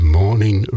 morning